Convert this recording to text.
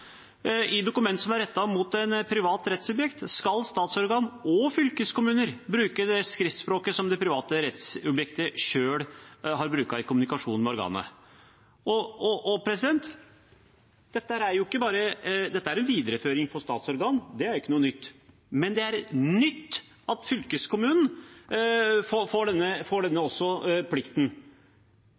dokument som er retta mot eit privat rettssubjekt, skal statsorgan og fylkeskommunar bruke det norske skriftspråket som det private rettssubjektet har bruka i kommunikasjonen med organet, …». Dette er en videreføring for statsorgan – det er ikke noe nytt, men det er nytt at fylkeskommunen også får denne